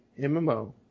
MMO